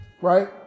Right